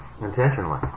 intentionally